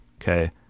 Okay